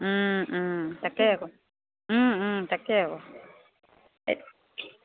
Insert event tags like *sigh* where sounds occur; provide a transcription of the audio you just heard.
তাকে আকৌ তাকে আকৌ *unintelligible*